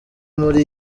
muri